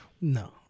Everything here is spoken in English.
No